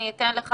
אני אתן לך,